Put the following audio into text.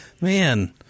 man